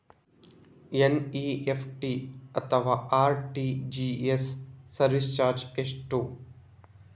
NEFT ಅಥವಾ RTGS service charge ಎಷ್ಟು?